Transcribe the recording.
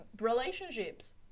relationships